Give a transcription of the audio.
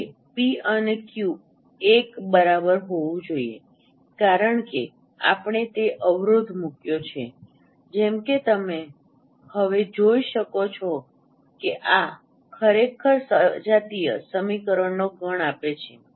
જે પી અને ક્યુ 1 બરાબર હોવું જોઈએ કારણ કે આપણે તે અવરોધ મૂક્યો છે જેમ કે તમે હવે જોઈ શકો છો કે આ ખરેખર સજાતીય સમીકરણનો ગણ આપે છે